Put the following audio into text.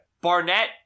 Barnett